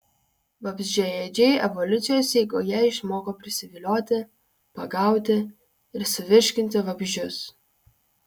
vabzdžiaėdžiai evoliucijos eigoje išmoko prisivilioti pagauti ir suvirškinti vabzdžius